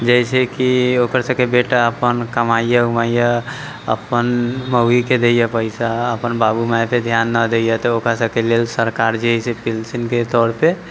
जइसे कि ओकर सभकेँ बेटा अपन कमाइया उमाइय अपन मौगीके दैया पैसा अपन बाबू माय पर ध्यान नहि दैया तऽ ओकर सभकेँ लेल सरकार जे है से पेंशनके तौरपे